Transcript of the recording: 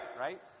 Right